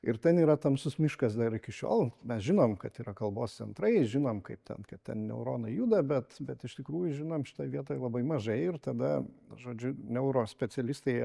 ir ten yra tamsus miškas dar iki šiol mes žinom kad yra kalbos centrai žinom kaip ten kad ten neuronai juda bet bet iš tikrųjų žinom šitoj vietoj labai mažai ir tada žodžiu neurospecialistai jie